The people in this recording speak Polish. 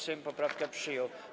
Sejm poprawkę przyjął.